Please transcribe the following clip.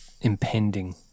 impending